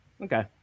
okay